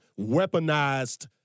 weaponized